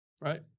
Right